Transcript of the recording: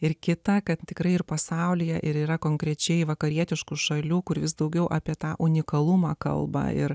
ir kitą kad tikrai ir pasaulyje ir yra konkrečiai vakarietiškų šalių kur vis daugiau apie tą unikalumą kalba ir